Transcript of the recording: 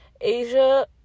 Asia